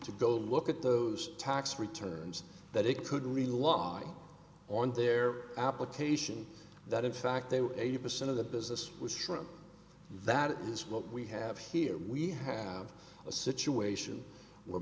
to go look at those tax returns that it could rely on their application that in fact they were eighty percent of the business was sure and that is what we have here we have a situation where